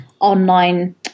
online